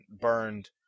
Burned